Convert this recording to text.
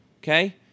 Okay